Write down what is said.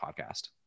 podcast